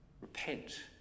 Repent